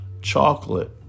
chocolate